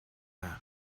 them